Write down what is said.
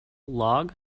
log